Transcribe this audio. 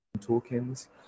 tokens